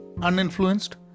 uninfluenced